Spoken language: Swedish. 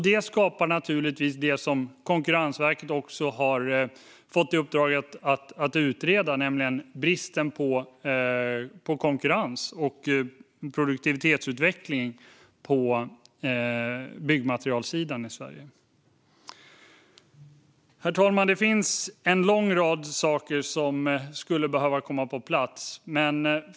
Detta skapar det som Konkurrensverket har fått i uppdrag att utreda, nämligen brist på konkurrens och produktivitetsutveckling på byggmaterialsidan i Sverige. Herr talman! Det finns en lång rad saker som skulle behöva komma på plats.